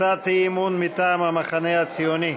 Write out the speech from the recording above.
הצעת אי-אמון מטעם המחנה הציוני: